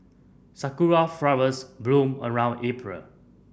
sakura flowers bloom around April